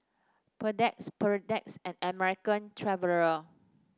Perdex Perdex and American Traveller